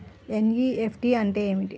NEFT అంటే ఏమిటి?